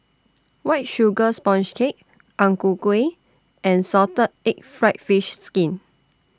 White Sugar Sponge Cake Ang Ku Kueh and Salted Egg Fried Fish Skin